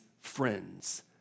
friends